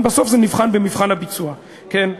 נכון?